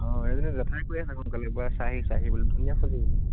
অ' এইজনী জেঠাই কৈ আছে সোনকালে গৈ চাহি চাহি বুলি ধুনীয়া ছোৱালী বোলে